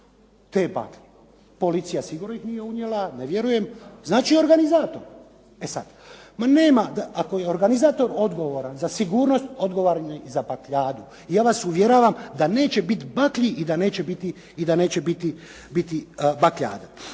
te baklje. Policija sigurno ih nije unijela, ne vjerujem. Znači organizator. E sad, ma nema ako je organizator odgovoran za sigurnost odgovornih za bakljadu ja vas uvjeravam da neće biti baklji i da neće biti bakljade.